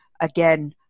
again